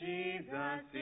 Jesus